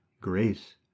grace